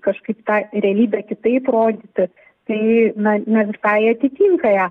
kažkaip tą realybę kitaip rodyti tai na ne visai atitinka ją